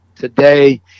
today